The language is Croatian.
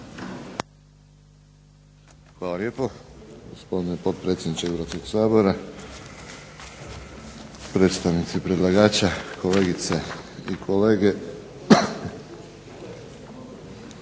Hvala lijepo gospodine potpredsjedniče Hrvatskog sabora. Predstavnici predlagača, kolegice i kolege zastupnici.